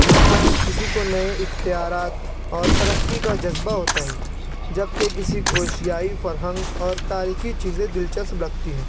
مثلاً كسى كو نئے اختيارات اور ترقی کا جذبہ ہوتا ہے جب کہ کسی کو ایشیائی فرہنگ اور تاریخی چیزیں دلچسپ لگتی ہیں